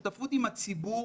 שותפות עם הציבור,